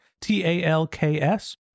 T-A-L-K-S